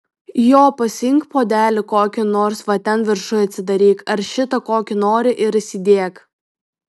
jo pasiimk puodelį kokį nors va ten viršuj atsidaryk ar šitą kokį nori ir įsidėk